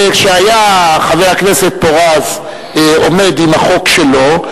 וכשהיה חבר הכנסת פורז עומד עם החוק שלו,